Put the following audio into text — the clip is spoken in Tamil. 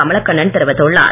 கமலக்கண்ணன் தெரிவித்துள்ளார்